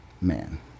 man